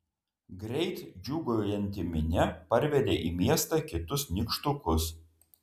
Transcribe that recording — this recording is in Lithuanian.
greit džiūgaujanti minia parvedė į miestą kitus nykštukus